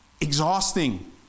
exhausting